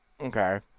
okay